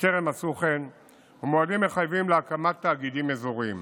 שטרם עשו כן ומועדים מחייבים להקמת תאגידים אזוריים.